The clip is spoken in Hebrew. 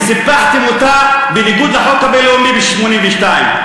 שסיפחתם בניגוד לחוק הבין-לאומי ב-1982,